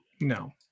No